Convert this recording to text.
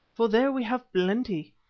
for there we have plenty.